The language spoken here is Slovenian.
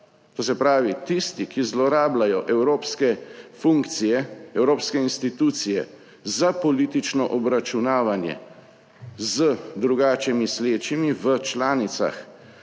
To se pravi, tisti ki zlorabljajo evropske funkcije, evropske institucije za politično obračunavanje z drugače mislečimi v članicah